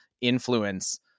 influence